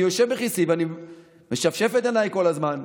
אני יושב בכיסאי ואני משפשף את עיניי כל הזמן,